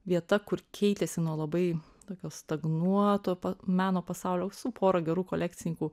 vieta kur keitėsi nuo labai tokio stagnuoto meno pasaulio su pora gerų kolekcininkų